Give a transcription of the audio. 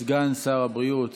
סגן שר הבריאות